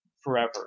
forever